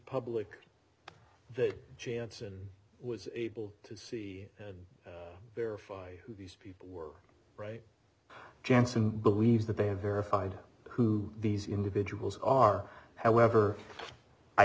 that janssen was able to see and verify who these people were right janssen believes that they have verified who these individuals are however i